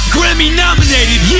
Grammy-nominated